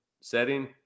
setting